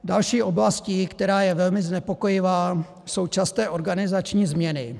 Další oblastí, která je velmi znepokojivá, jsou časté organizační změny.